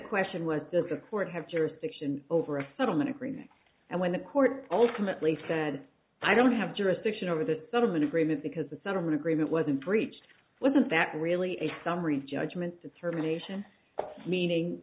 question was if the court had jurisdiction over a settlement agreement and when the court ultimately said i don't have jurisdiction over the settlement agreement because the settlement agreement wasn't breached wasn't that really a summary judgment determination